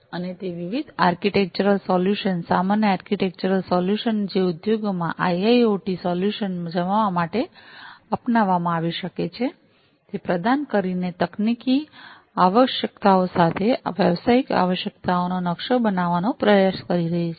અને તે વિવિધ વિવિધ આર્કિટેક્ચરલ સોલ્યુશન્સ સામાન્ય આર્કિટેક્ચરલ સોલ્યુશન્સ જે ઉદ્યોગોમાં આઈઆઈઑટી સોલ્યુશન્સ જમાવવા માટે અપનાવવામાં આવી શકે છે તે પ્રદાન કરીને તકનીકી આવશ્યકતાઓ સાથે વ્યવસાયિક આવશ્યકતાઓનો નકશો બનાવવાનો પ્રયાસ કરી રહ્યો છે